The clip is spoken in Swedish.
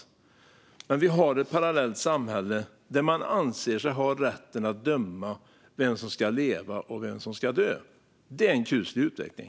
Nu har vi dock ett parallellt samhälle där man anser sig ha rätten att döma vem som ska leva och vem som ska dö. Det är en kuslig utveckling.